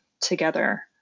together